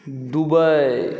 Dubai